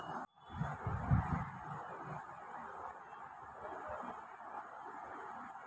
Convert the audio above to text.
खराब मातीना कस वाढावा करता माती कंडीशनर वापरतंस